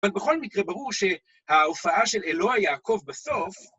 אבל בכל מקרה ברור שההופעה של אלוה יעקב בסוף...